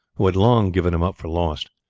who had long given him up for lost.